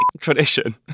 tradition